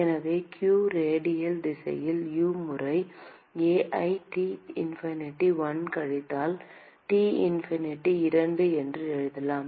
எனவே q radial திசையில் U முறை A ஐ T infinity 1 கழித்தல் T infinity 2 என்று எழுதலாம்